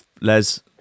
Les